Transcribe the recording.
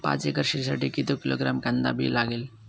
पाच एकर शेतासाठी किती किलोग्रॅम कांदा बी लागेल?